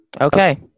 Okay